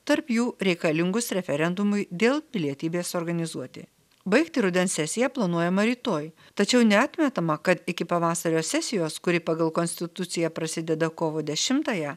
tarp jų reikalingus referendumui dėl pilietybės suorganizuoti baigti rudens sesiją planuojama rytoj tačiau neatmetama kad iki pavasario sesijos kuri pagal konstituciją prasideda kovo dešimtąją